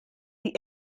die